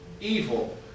evil